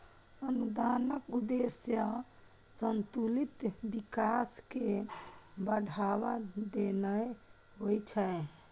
अनुदानक उद्देश्य संतुलित विकास कें बढ़ावा देनाय होइ छै